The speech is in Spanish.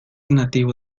nativo